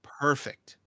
perfect